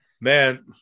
Man